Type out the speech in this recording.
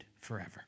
forever